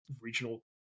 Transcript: regional